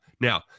now